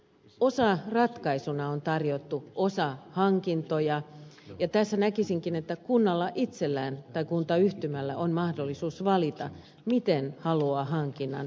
tässä osaratkaisuna on tarjottu osahankintoja ja näkisinkin että kunnalla itsellään tai kuntayhtymällä on mahdollisuus valita miten haluaa hankinnan toteuttaa